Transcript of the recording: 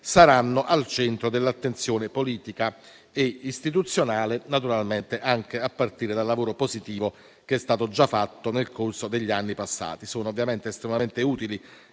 saranno al centro dell'attenzione politica e istituzionale, a partire anche dal lavoro positivo che è stato già svolto nel corso degli anni passati. Sono ovviamente estremamente utili